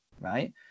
right